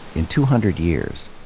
in two hundred years,